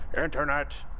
internet